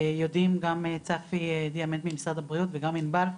יודעים גם צפי דיאמנט ממשרד הבריאות וגם ענבל,